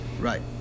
Right